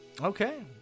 Okay